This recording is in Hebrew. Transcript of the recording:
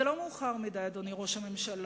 זה לא מאוחר מדי, אדוני ראש הממשלה.